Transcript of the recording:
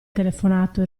telefonato